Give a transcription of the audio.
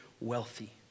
wealthy